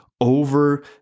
over